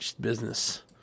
business